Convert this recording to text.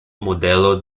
modelo